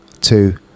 two